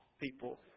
people